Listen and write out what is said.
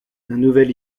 nouvel